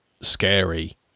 scary